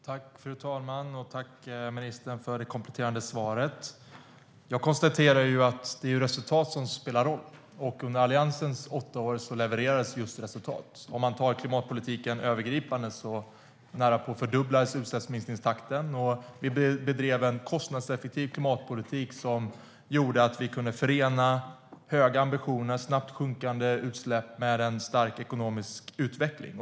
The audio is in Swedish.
Fru talman! Tack, ministern, för det kompletterande svaret! Jag konstaterar att det är resultat som spelar roll, och under Alliansens åtta år levererades just resultat. När det gäller klimatpolitiken övergripande närapå fördubblades utsläppsminskningstakten, och vi bedrev en kostnadseffektiv klimatpolitik som gjorde att vi kunde förena höga ambitioner och snabbt sjunkande utsläpp med en stark ekonomisk utveckling.